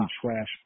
trash